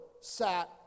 sat